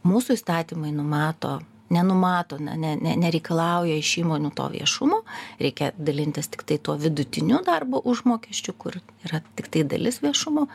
mūsų įstatymai numato nenumato na ne ne nereikalauja iš įmonių to viešumo reikia dalintis tiktai tuo vidutiniu darbo užmokesčiu kur yra tiktai dalis viešumo